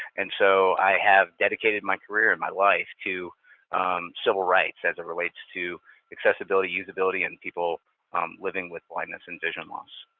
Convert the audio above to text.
and so i have dedicated my career and my life to civil rights as it relates to accessibility, usability, and people living with blindness and vision loss.